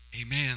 amen